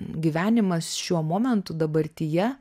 gyvenimas šiuo momentu dabartyje